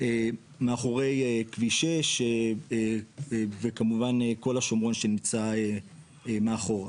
מאחורי כביש 6 וכמובן כל השומרון שנמצא מאחורה.